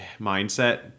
mindset